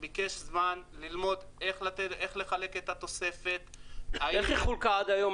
הוא ביקש זמן ללמוד איך לחלק את התוספת --- איך היא חולקה עד היום,